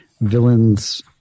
villain's